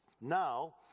Now